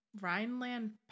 Rhineland